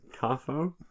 Carfo